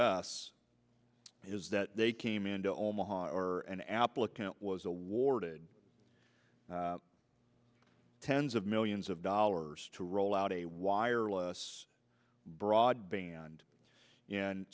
s is that they came into omaha or an applicant was awarded tens of millions of dollars to roll out a wireless broadband